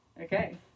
Okay